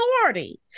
authority